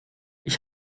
ich